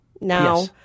Now